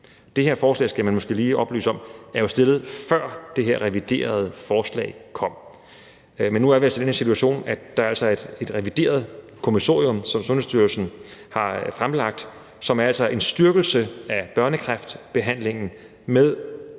Det her forslag skal man måske lige oplyse om er stillet, før det her reviderede forslag kom. Men nu er vi altså i den situation, at Sundhedsstyrelsen har fremlagt et revideret kommissorium, som altså er en styrkelse af børnekræftbehandlingen i den